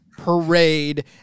parade